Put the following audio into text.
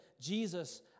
Jesus